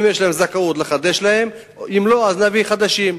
אם יש להם זכאות נחדש להם, אם לא, נביא חדשים.